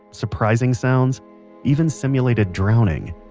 surprising sounds even simulated drowning.